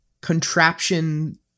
contraption